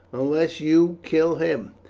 unless you kill him.